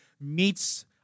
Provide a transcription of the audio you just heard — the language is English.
meets